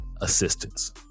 assistance